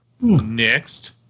Next